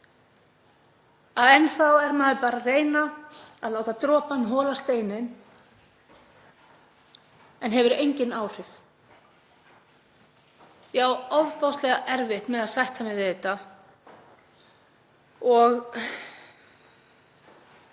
Enn er maður bara að reyna að láta dropann hola steininn en hefur engin áhrif. Ég á ofboðslega erfitt með að sætta mig við það og